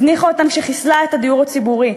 הזניחה אותן כשחיסלה את הדיור הציבורי,